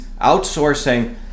outsourcing